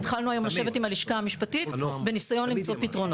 אנחנו התחלנו היום לשבת עם הלשכה המשפטית בניסיון למצוא פתרונות.